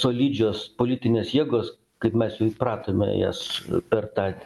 solidžios politinės jėgos kaip mes jau įpratome jas per tą